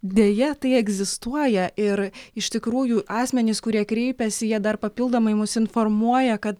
deja tai egzistuoja ir iš tikrųjų asmenys kurie kreipiasi jie dar papildomai mus informuoja kad